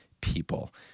people